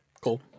cool